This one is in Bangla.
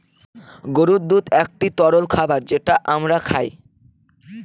গরুর দুধ একটি তরল খাবার যেটা আমরা খায়